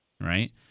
right